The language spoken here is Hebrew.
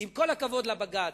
עם כל הכבוד לבג"ץ,